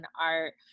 art